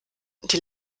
die